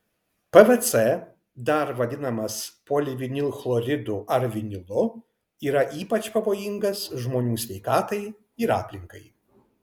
pvc dar vadinamas polivinilchloridu ar vinilu yra ypač pavojingas žmonių sveikatai ir aplinkai